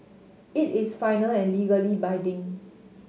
it is final and legally binding